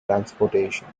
transportation